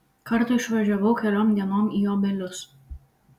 kartą išvažiavau keliom dienom į obelius